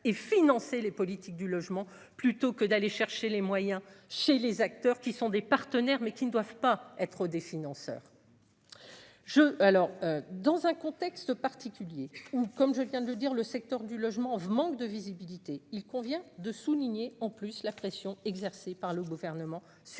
Et financer les politiques du logement plutôt que d'aller chercher les moyens chez les acteurs, qui sont des partenaires, mais qui ne doivent pas être des financeurs. Je alors dans un contexte particulier ou comme je viens de le dire, le secteur du logement vous manque de visibilité, il convient de souligner en plus la pression exercée par le gouvernement sur Action Logement.